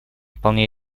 вполне